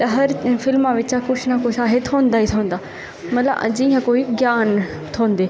हर फिल्मां बिच असेंगी कुछ ना कुछ थ्होंदा ई थ्होंदा ते मतलब जियां कोई ज्ञान थ्होंदे